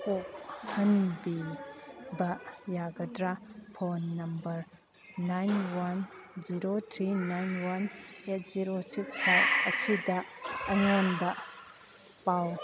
ꯀꯣꯛꯍꯟꯕꯤꯕ ꯌꯥꯒꯗ꯭ꯔꯥ phone number nine one zero three nine one eight zero ꯁꯤꯡꯁ ꯐꯥꯏꯕ ꯑꯁꯤꯗ ꯑꯩꯉꯣꯟꯗ ꯄꯥꯎ